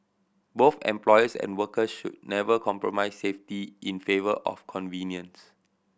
both employers and workers should never compromise safety in favour of convenience